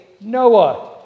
Noah